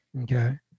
Okay